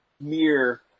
mere